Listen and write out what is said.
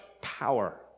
power